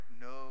no